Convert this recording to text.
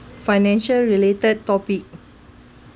financial related topic